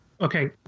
Okay